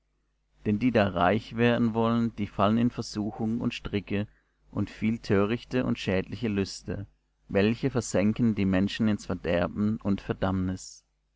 denn die da reich werden wollen die fallen in versuchung und stricke und viel törichte und schädliche lüste welche versenken die menschen ins verderben und verdammnis